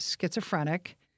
schizophrenic